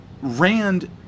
Rand